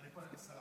אני פה עם השרה.